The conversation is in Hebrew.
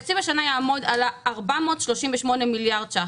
התקציב השנה יעמוד על 438 מיליארד ש"ח.